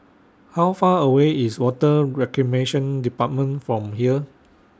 How Far away IS Water Reclamation department from here